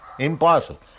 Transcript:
impossible